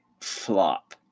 flop